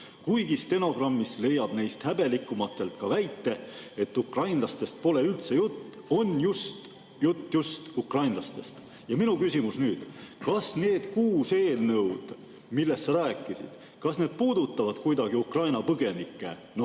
Kuigi stenogrammist leiab neist häbelikumatelt ka väite, et ukrainlastest pole üldse jutt, on jutt just ukrainlastest." Ja nüüd minu küsimus: kas need kuus eelnõu, millest sa rääkisid, puudutavad kuidagi Ukraina põgenikke,